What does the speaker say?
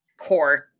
core